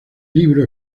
libro